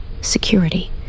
security